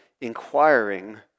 inquiring